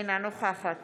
אינה נוכחת